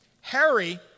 Harry